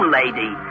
lady